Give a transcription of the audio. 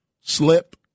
slip